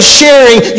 sharing